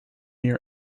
near